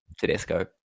Tedesco